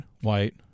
white